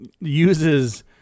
uses